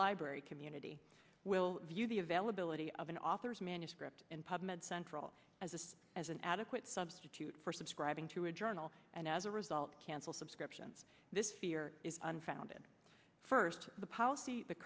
library community will view the availability of an author's manuscript in pub med central as a as an adequate substitute for subscribing to a journal and as a result cancel subscriptions this fear is unfounded first the policy the